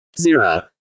Zero